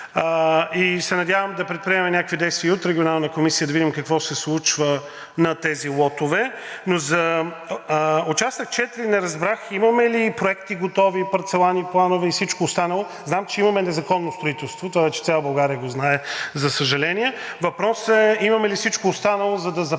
…и се надявам да предприемем някакви действия и от Регионалната комисия, за да видим какво се случва на тези лотове. За участък 4 не разбрах имаме ли готови проекти, парцеларни планове и всичко останало? Знам, че имаме незаконно строителство и това вече цяла България го знае, за съжаление. Въпросът е: имаме ли всичко останало, за да започнем